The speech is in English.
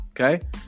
Okay